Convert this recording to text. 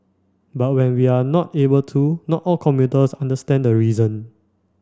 but when we are not able to not all commuters understand the reason